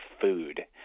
food